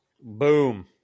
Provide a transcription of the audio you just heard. Boom